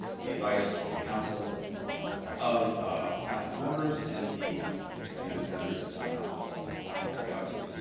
the advice, the counsel of the council's members, and indeed many of its members have somehow wound up in government.